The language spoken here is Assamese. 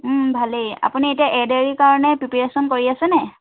ভালেই আপুনি এতিয়া এড এৰিৰ কাৰণে প্ৰিপেৰেচন কৰি আছে নে